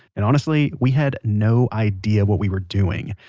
and honestly, we had no idea what we were doing.